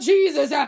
Jesus